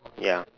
ya